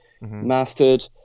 mastered